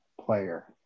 player